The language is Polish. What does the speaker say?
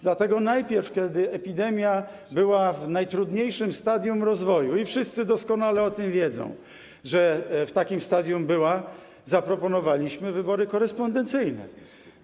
Dlatego najpierw, kiedy epidemia była w najtrudniejszym stadium rozwoju, i wszyscy doskonale o tym wiedzą, że w takim stadium była, zaproponowaliśmy wybory korespondencyjne.